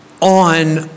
on